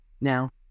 now